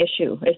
issue